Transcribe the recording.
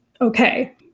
okay